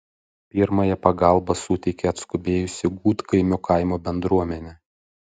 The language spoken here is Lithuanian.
pirmąją pagalbą suteikė atskubėjusi gudkaimio kaimo bendruomenė